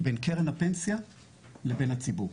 בין קרן הפנסיה לבין הציבור.